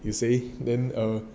recently then err